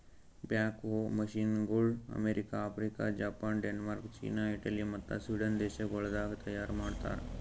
back ಹೋ ಮಷೀನಗೊಳ್ America, Africa, Japan, Denmark, China, Italy ಮತ್ತ ಸ್ವೀಡನ್ ದೇಶಗೊಳ್ದಾಗ್ ತೈಯಾರ್ ಮಾಡ್ತಾರ್